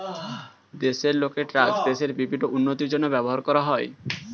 দেশের লোকের ট্যাক্স দেশের বিভিন্ন উন্নতির জন্য ব্যবহার করা হয়